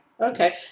Okay